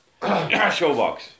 Showbox